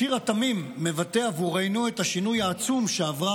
השיר התמים מבטא עבורנו את השינוי העצום שעברה